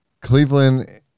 Cleveland